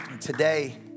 Today